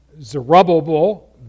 Zerubbabel